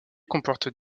comportent